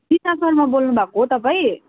सीता शर्मा बोल्नु भएको हो तपाईँ